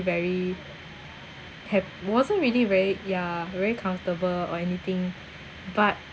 very hap~ wasn't really very yeah very comfortable or anything but